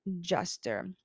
Juster